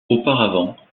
auparavant